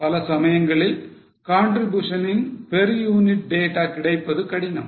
பல சமயங்களில் contribution ன் per unit data கிடைப்பது கடினம்